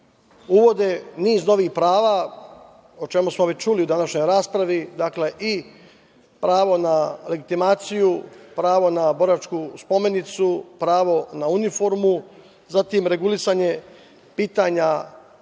uvodi niz novih prava, o čemu smo već čuli u današnjoj raspravi, i pravo na legitimaciju, pravo na boračku spomenicu, pravo na uniformu, zatim regulisanje pitanja